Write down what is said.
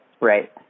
right